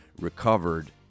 Recovered